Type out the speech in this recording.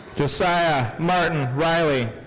josiah martin riley.